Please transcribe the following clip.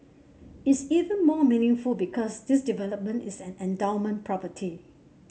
is even more meaningful because this development is an endowment property